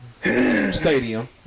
Stadium